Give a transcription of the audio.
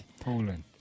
Poland